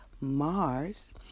Mars